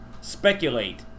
speculate